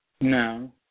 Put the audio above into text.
No